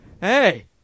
Hey